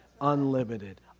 unlimited